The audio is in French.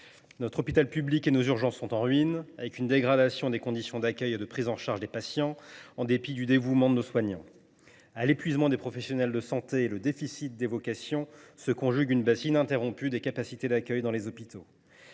Notre hôpital public et nos urgences sont en ruine, avec une dégradation des conditions d’accueil et de prise en charge des patients, en dépit du dévouement de nos soignants. À l’épuisement des professionnels de santé et au déficit des vocations s’ajoute une baisse ininterrompue des capacités d’accueil dans les hôpitaux.